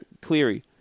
Cleary